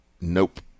Nope